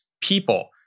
people